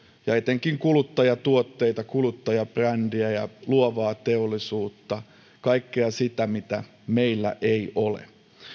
ja etenkin kuluttajatuotteita kuluttajabrändejä ja luovaa teollisuutta kaikkea sitä mitä meillä ei ole